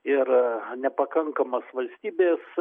ir nepakankamas valstybės